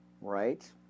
right